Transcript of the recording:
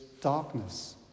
darkness